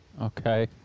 Okay